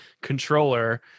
controller